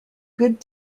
good